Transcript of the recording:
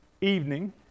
evening